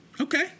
okay